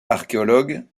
archéologue